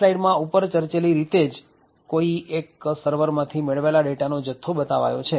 આ સ્લાઈડમાં ઉપર ચર્ચેલી રીતે જ કોઈ એક સર્વરમાંથી મેળવેલા ડેટા નો જથ્થો બતાવે છે